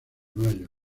mayo